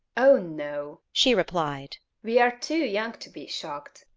oh, no, she replied, we are too young to be shocked.